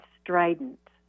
strident